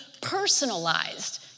personalized